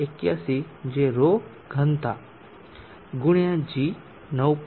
81 જે ρ ઘનતા x g 9